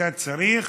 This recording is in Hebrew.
אתה צריך